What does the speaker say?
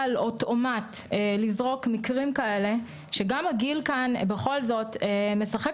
על אוטומט מקרים כאלו שגם הגיל כאן בכל זאת משחק